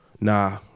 nah